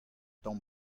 tamm